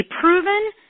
proven